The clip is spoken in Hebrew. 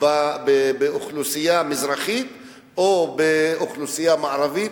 באוכלוסייה המזרחית או באוכלוסייה המערבית,